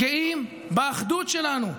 גאים באחדות שלנו,